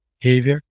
behavior